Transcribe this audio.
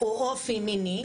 או אופי מיני,